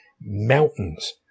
mountains